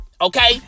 okay